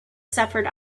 suffered